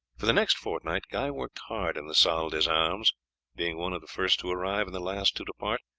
for the next fortnight guy worked hard in the salle d'armes, being one of the first to arrive and the last to depart,